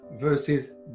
versus